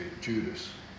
Judas